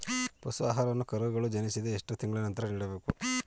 ಪಶು ಆಹಾರವನ್ನು ಕರುಗಳು ಜನಿಸಿದ ಎಷ್ಟು ತಿಂಗಳ ನಂತರ ನೀಡಬೇಕು?